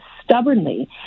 stubbornly